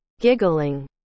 Giggling